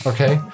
Okay